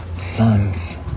sons